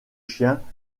chiens